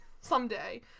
someday